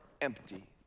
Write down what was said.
empty